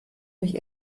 mich